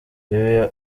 ibi